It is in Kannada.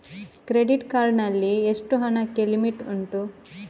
ಕ್ರೆಡಿಟ್ ಕಾರ್ಡ್ ನಲ್ಲಿ ಎಷ್ಟು ಹಣಕ್ಕೆ ಲಿಮಿಟ್ ಉಂಟು?